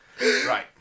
Right